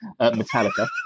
metallica